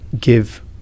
give